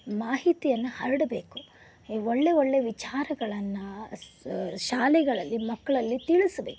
ಮಾಹಿತಿಯನ್ನು ಹರಡಬೇಕು ಒಳ್ಳೆ ಒಳ್ಳೆ ವಿಚಾರಗಳನ್ನು ಶಾಲೆಗಳಲ್ಲಿ ಮಕ್ಕಳಲ್ಲಿ ತಿಳಿಸಬೇಕು